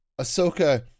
Ahsoka